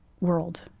world